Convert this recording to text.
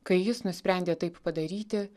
kai jis nusprendė taip padaryti